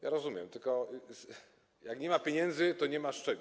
Ja rozumiem, tylko jak nie ma pieniędzy, to nie ma z czego.